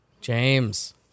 James